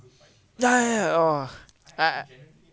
ya ya ya oh I I